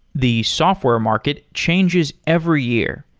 the software market changes every year.